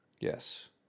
Yes